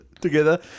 together